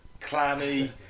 clammy